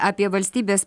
apie valstybės